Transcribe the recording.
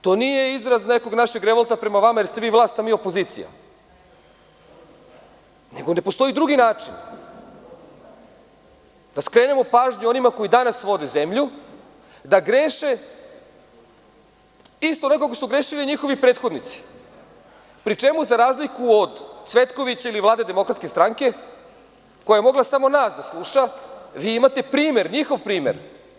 To nije izraz nekog našeg revolta prema vama, jer ste vi vlast, a mi opozicija, nego ne postoji drugi način da skrenemo pažnju onima koji danas vode zemlju da greše isto onako kako su grešili njihovi prethodnici, pri čemu, za razliku od Cvetkovića i Vlade DS, koja je mogla samo nas da sluša, vi imate njihov primer.